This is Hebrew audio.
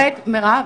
מירב,